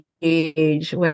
huge